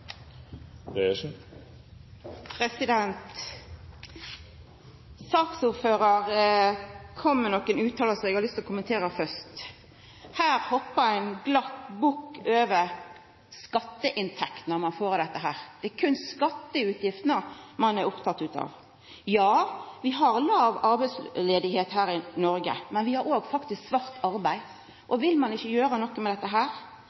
kom med nokre utsegner som eg har lyst til å kommentera først. Ein hoppa glatt bukk over skatteinntektene ein får frå dette. Det er berre skatteutgiftene ein er oppteken av. Ja, vi har låg arbeidsløyse her i Noreg, men vi har faktisk òg svart arbeid. Vil ein ikkje gjera noko med dette?